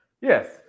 Yes